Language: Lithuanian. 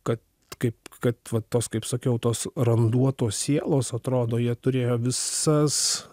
kad kaip kad va tos kaip sakiau tos randuotos sielos atrodo jie turėjo visas